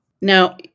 Now